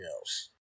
else